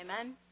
Amen